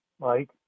Mike